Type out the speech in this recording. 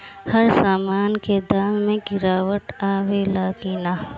हर सामन के दाम मे गीरावट आवेला कि न?